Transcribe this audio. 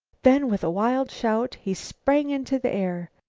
then, with a wild shout, he sprang into the air.